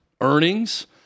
earnings